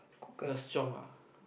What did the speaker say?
just chiong ah